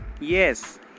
Yes